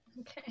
Okay